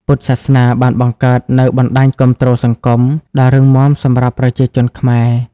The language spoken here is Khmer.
ពុទ្ធសាសនាបានបង្កើតនូវ បណ្ដាញគាំទ្រសង្គម ដ៏រឹងមាំសម្រាប់ប្រជាជនខ្មែរ។